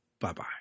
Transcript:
Bye-bye